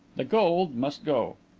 the gold. must go.